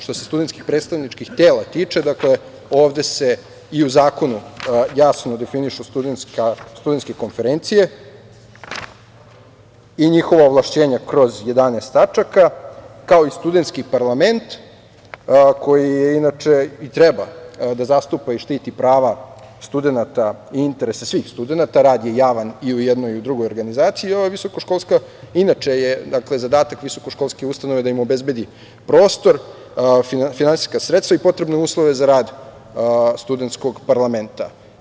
Što se studenskih predstavničkih tela tiče, dakle, ovde se i u zakonu jasno definišu studenske konferencije i njihova ovlašćenja kroz 11 tačaka, kao i studenski parlament, koji inače i treba da zastupa i štiti prava studenata i interese svih studenata, rad je javan i u jednoj i u drugoj organizaciji, i inače je zadatak visokoškolske ustanove da im obezbedi prostor, finansijska sredstva i potrebne uslove za rad studentskog parlamenta.